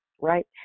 right